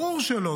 ברור שלא.